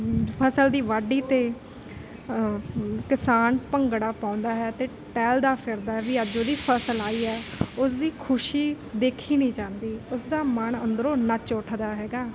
ਫਸਲ ਦੀ ਵਾਢੀ 'ਤੇ ਕਿਸਾਨ ਭੰਗੜਾ ਪਾਉਂਦਾ ਹੈ ਅਤੇ ਟਹਿਲਦਾ ਫਿਰਦਾ ਵੀ ਅੱਜ ਉਹਦੀ ਫਸਲ ਆਈ ਹੈ ਉਸਦੀ ਖੁਸ਼ੀ ਦੇਖੀ ਨਹੀਂ ਜਾਂਦੀ ਉਸਦਾ ਮਨ ਅੰਦਰੋਂ ਨੱਚ ਉੱਠਦਾ ਹੈਗਾ